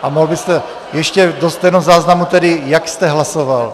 A mohl byste ještě do stenozáznamu sdělit, jak jste hlasoval?